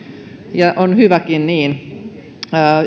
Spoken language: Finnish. ja on hyväkin niin